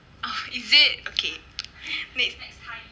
oh is it okay next